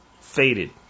faded